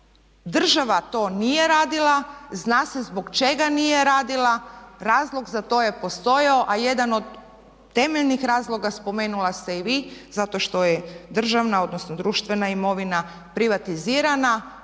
država to nije radila, zna se zbog čega nije radila, razlog za to je postojao. A jedan od temeljnih razloga spomenula ste i vi zato što je državna odnosno društvena imovina privatizirana,